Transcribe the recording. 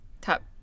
Top